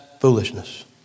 foolishness